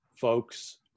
folks